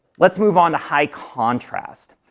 let's move on to high contrast.